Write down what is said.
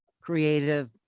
creative